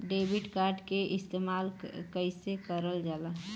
Debit card के इस्तेमाल कइसे करल जाला?